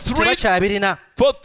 three